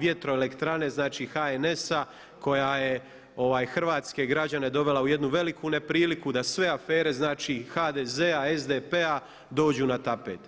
vjetroelektrane znači HNS-a koja je hrvatske građane dovela u jednu veliku nepriliku da sve afere znači HDZ-a, SDP-a dođu na tapet.